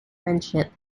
friendship